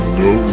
no